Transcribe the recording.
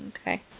Okay